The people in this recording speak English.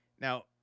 now